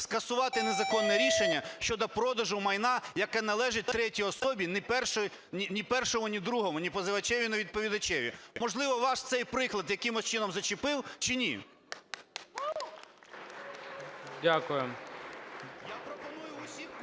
скасувати незаконне рішення щодо продажу майна, яке належить третій особі: ні першому, ні другому, ні позивачеві, ні відповідачеві. Можливо, вас цей приклад якимось чином зачепив, чи ні?